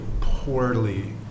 poorly